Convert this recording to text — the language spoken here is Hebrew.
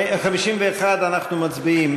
51, אנחנו מצביעים.